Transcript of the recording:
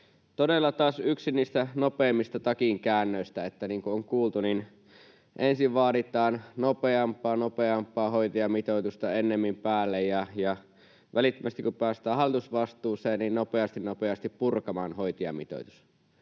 yksi niistä nopeimmista takinkäännöstä: niin kuin on kuultu, ensin vaaditaan nopeampaa, nopeampaa hoitajamitoitusta ennemmin päälle ja välittömästi, kun päästään hallitusvastuuseen, nopeasti, nopeasti purkamaan hoitajamitoitus.